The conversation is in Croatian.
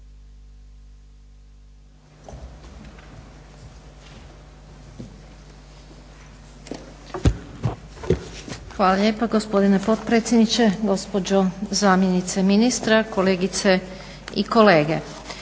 Hvala lijepo gospodine potpredsjedniče. Gospođo zamjenice ministra, kolegice i kolege.